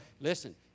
listen